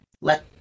let